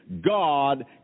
God